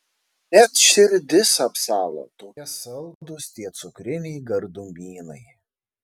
net širdis apsalo tokie saldūs tie cukriniai gardumynai